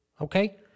okay